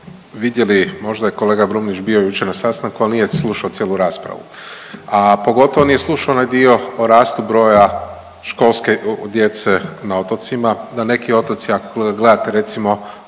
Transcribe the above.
vidjeli možda je kolega Brumnić bio jučer na sastanku, ali nije slušao cijelu raspravu a pogotovo nije slušao onaj dio o rastu broja školske djece na otocima. Neki otoci ako gledate recimo